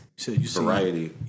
Variety